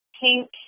pink